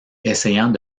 essayant